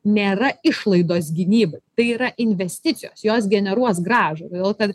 nėra išlaidos gynybai tai yra investicijos jos generuos grąžą todėl tad